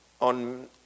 on